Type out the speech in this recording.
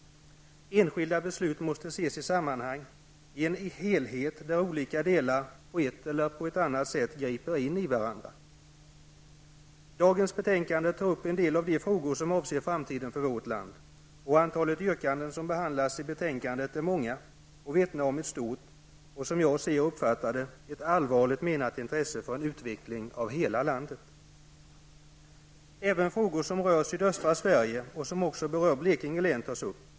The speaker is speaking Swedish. Enskilda beslut måste ses i sammanhang, i en helhet där olika delar på ett eller annat sätt griper in i varandra. I dagens betänkande tas en del av de frågor som avser framtiden för vårt land upp. Och antalet yrkanden som behandlas i betänkandet är många och vittnar om ett stort och, som jag uppfattar det, allvarligt menat intresse för en utveckling av hela landet. Även frågor som rör sydöstra Sverige och som också berör Blekinge län tas upp.